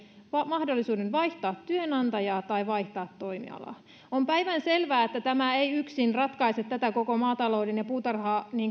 mahdollisuuden vaihtaa työnantajaa tai vaihtaa toimialaa on päivänselvää että tämä ei yksin ratkaise tätä koko maatalouden ja puutarha